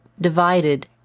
divided